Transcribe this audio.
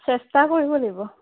চেষ্টা কৰিব লাগিব